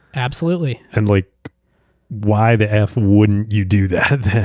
absolutely. and like why the f wouldn't you do that then?